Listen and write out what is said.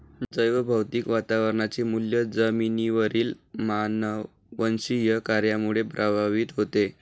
जैवभौतिक वातावरणाचे मूल्य जमिनीवरील मानववंशीय कार्यामुळे प्रभावित होते